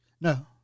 No